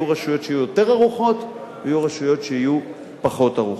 יהיו רשויות שיהיו יותר ערוכות ויהיו רשויות שיהיו פחות ערוכות.